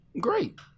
great